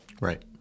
Right